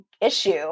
issue